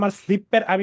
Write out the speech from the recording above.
slipper